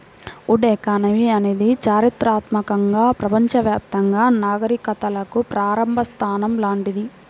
would economy అనేది చారిత్రాత్మకంగా ప్రపంచవ్యాప్తంగా నాగరికతలకు ప్రారంభ స్థానం లాంటిది